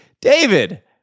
David